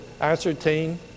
ascertain